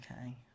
Okay